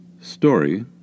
Story